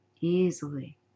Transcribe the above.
easily